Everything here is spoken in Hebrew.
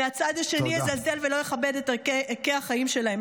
מהצד השני יזלזל ולא יכבד את ערכי החיים שלהם.